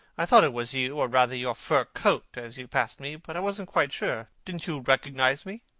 i thought it was you, or rather your fur coat, as you passed me. but i wasn't quite sure. didn't you recognize me?